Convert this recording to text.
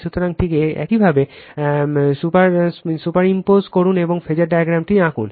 সুতরাং ঠিক একইভাবে সুপারইম্পোজ করুন এবং ফাসার ডায়াগ্রামটি আঁকুন